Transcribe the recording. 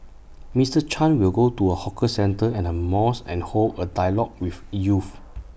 Mister chan will go to A hawker centre and A mosque and hold A dialogue with youth